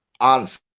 answer